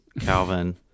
Calvin